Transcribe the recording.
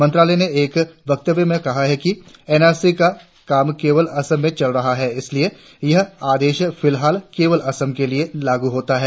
मंत्रालय ने एक वक्तव्य में कहा है कि एन आर सी का काम केवल असम में चल रहा है इसलिए यह आदेश फिलहाल केवल असम के लिए लागू होता है